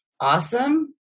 Awesome